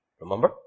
Remember